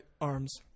arms